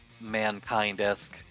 mankind-esque